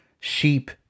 sheep